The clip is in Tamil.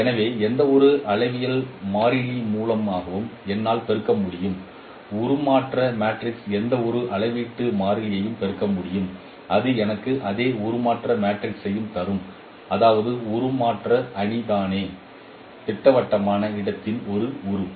எனவே எந்தவொரு அளவிடல் மாறிலி மூலமாகவும் என்னால் பெருக்க முடியும் உருமாற்ற மேட்ரிக்ஸ் எந்தவொரு அளவீட்டு மாறிலியையும் பெருக்க முடியும் அது எனக்கு அதே உருமாற்ற மேட்ரிக்ஸையும் தரும் அதாவது உருமாற்ற அணி தானே திட்டவட்டமான இடத்தின் ஒரு உறுப்பு